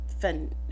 fun